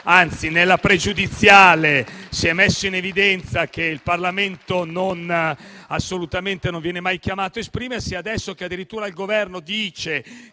di costituzionalità, si è messo in evidenza che il Parlamento assolutamente non viene mai chiamato a esprimersi e adesso addirittura il Governo dice